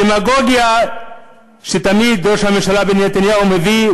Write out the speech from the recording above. הדמגוגיה שתמיד ראש הממשלה בנימין נתניהו מביא,